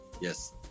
Yes